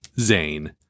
Zane